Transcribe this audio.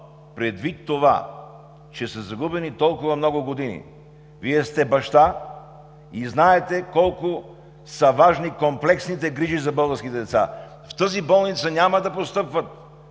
предвид това, че са загубени толкова много години – Вие сте баща, и знаете колко са важни комплексните грижи за българските деца, в тази болница няма да постъпват